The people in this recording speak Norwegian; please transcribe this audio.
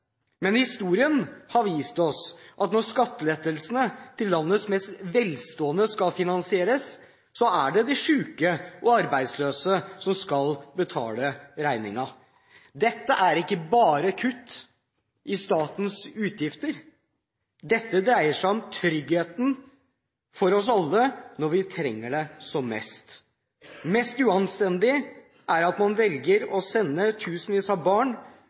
men historien har vist oss at når skattelettelsene til landets mest velstående skal finansieres, er det de syke og arbeidsløse som skal betale regningen. Dette er ikke bare kutt i statens utgifter. Dette dreier seg om tryggheten for oss alle når vi trenger det som mest. Mest uanstendig er det at man velger å sende tusenvis av barn